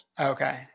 Okay